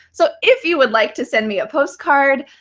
so if you would like to send me a postcard,